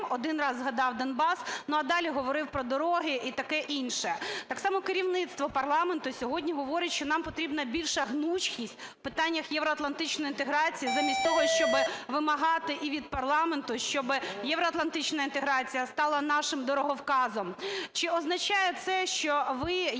один раз згадав Донбас, ну а далі говорив про дороги і таке інше. Так само керівництво парламенту сьогодні говорить, що нам потрібна більша гнучкість в питаннях євроатлантичної інтеграції, замість того, щоби вимагати і від парламенту, щоби євроатлантична інтеграція стала нашим дороговказом. Чи означає це, що ви є зараз членом команди,